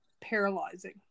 paralyzing